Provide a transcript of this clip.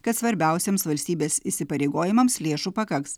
kad svarbiausiems valstybės įsipareigojimams lėšų pakaks